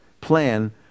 plan